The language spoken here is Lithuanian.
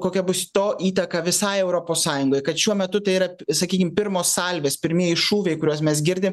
kokia bus to įtaka visai europos sąjungai kad šiuo metu tai yra sakykim pirmos salvės pirmieji šūviai kuriuos mes girdi